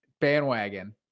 bandwagon